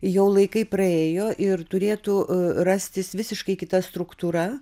jau laikai praėjo ir turėtų rastis visiškai kita struktūra